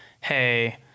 hey